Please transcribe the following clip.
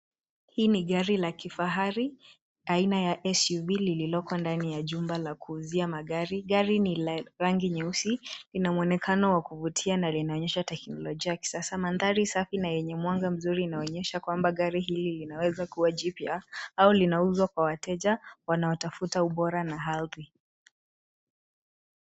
Hii ni gari la kifahari aina ya SUV likiloko ndani ya jumba la kuuzia magari. Gari ni la rangi nyeusi. Ina mwonekano wa kuvutia na linaonyesha teknolojia ya kisasa. Mandhari safi na yenye mwanga mzuri inaonyesha kwamba gari hili linaweza kuwa jipya, au linauzwa kwa wateja wanaotafuta ubora na hali.